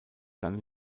dann